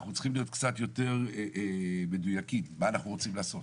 אנחנו צריכים להיות קצת יותר מדויקים מה אנחנו רוצים לעשות?